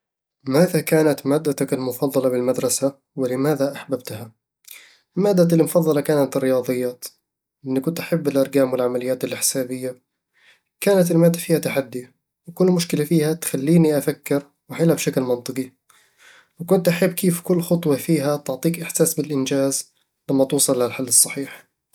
ماذا كانت مادتك المفضلة بالمدرسة، ولماذا أحببتها؟ مادتي المفضلة كانت الرياضيات، لأنني كنت أحب الأرقام والعمليات الحسابية كانت المادة فيها تحدي، وكل مشكلة فيها تخليني أفكر وأحلها بشكل منطقي وكنت أحب كيف كل خطوة فيها تعطيك إحساس بالإنجاز لما توصل للحل الصحيح